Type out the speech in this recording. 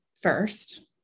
first